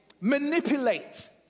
manipulate